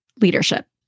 leadership